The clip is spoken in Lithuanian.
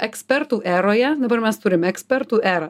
ekspertų eroje dabar mes turime ekspertų erą